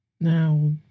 Now